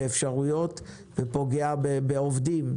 באפשרויות ופוגע בעובדים,